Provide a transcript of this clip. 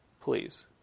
please